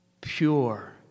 pure